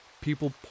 People